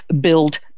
build